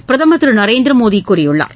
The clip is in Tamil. பிரதமர் திரு நரேந்திர் மோடி கூறியுள்ளார்